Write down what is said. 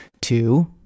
Two